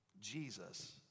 Jesus